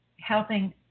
helping